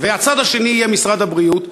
והצד השני יהיה משרד הבריאות,